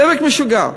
דבק משוגע.